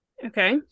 Okay